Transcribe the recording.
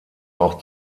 auch